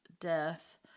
death